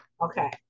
Okay